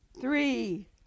Three